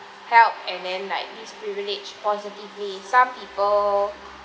help and then like this privilege positively some people